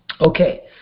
Okay